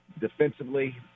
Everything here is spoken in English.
defensively